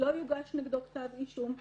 לא יוגש נגדו כתב אישום,